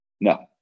No